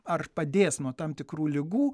ar padės nuo tam tikrų ligų